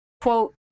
quote